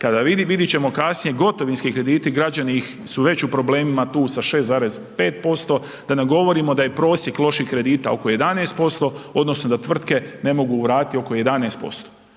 Kada, vidjet ćemo kasnije, gotovinski krediti, građani su već u problemima sa 6,5%, da ne govorimo da je prosjek loših kredita oko 11%, odnosno da tvrtke ne mogu vratiti oko 11%,